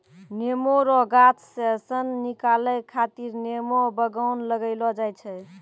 नेमो रो गाछ से सन निकालै खातीर नेमो बगान लगैलो जाय छै